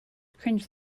cringe